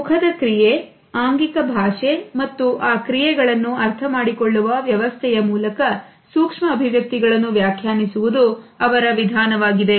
ಮುಖದ ಕ್ರಿಯೆ ಆಂಗಿಕ ಭಾಷೆ ಮತ್ತು ಆ ಕ್ರಿಯೆಗಳನ್ನು ಅರ್ಥ ಮಾಡಿಕೊಳ್ಳುವ ವ್ಯವಸ್ಥೆಯ ಮೂಲಕ ಸೂಕ್ಷ್ಮ ಅಭಿವ್ಯಕ್ತಿಗಳನ್ನು ವ್ಯಾಖ್ಯಾನಿಸುವುದು ಅವರ ವಿಧಾನವಾಗಿದೆ